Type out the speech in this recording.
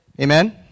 Amen